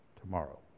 tomorrow